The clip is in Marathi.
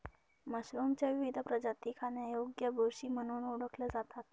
मशरूमच्या विविध प्रजाती खाण्यायोग्य बुरशी म्हणून ओळखल्या जातात